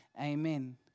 amen